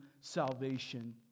salvation